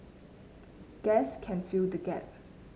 gas can fill the gap